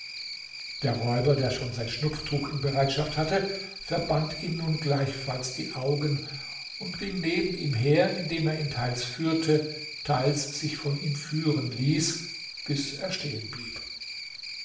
der räuber der schon sein schnupftuch in bereitschaft hatte verband ihm nun gleichfalls die augen und ging neben ihm her indem er ihn teils führte teils sich von ihm führen ließ bis er stehen blieb